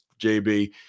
JB